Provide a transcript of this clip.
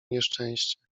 nieszczęście